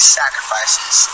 sacrifices